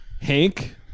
Hank